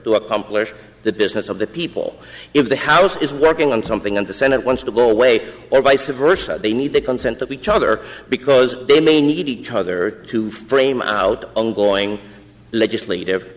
to accomplish the business of the people if the house is working on something and the senate wants to go away or vice versa they need the consent of each other because they may need each other to frame out ongoing legislative